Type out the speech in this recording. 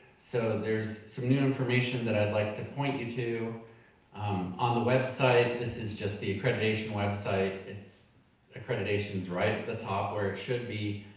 so there's some new information that i'd like to point you to on the website. this is just the accreditation website. accreditation's right at the top where it should be.